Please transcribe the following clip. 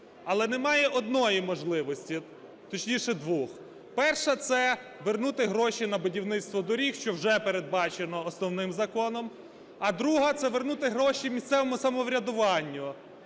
Але немає одної можливості, точніше, двох. Перша – це вернути гроші на будівництво доріг, що вже передбачено основним законом. А друга – це вернути гроші місцевому самоврядуванню.